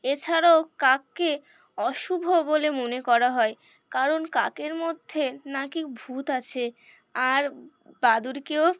এছাড়াও কাককে অশুভ বলে মনে করা হয় কারণ কাকের মধ্যে নাকি ভূত আছে আর বাদুরকেও